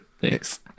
thanks